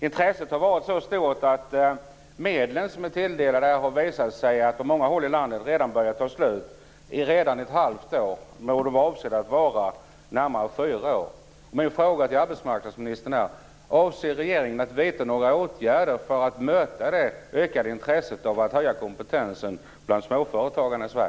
Intresset har varit så stort att de medel som har tilldelats på många håll i landet börjar ta slut redan efter ett halvt år, fastän de var avsedda att räcka i närmare fyra år.